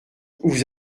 vous